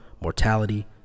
mortality